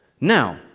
Now